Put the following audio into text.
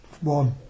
one